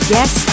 Yes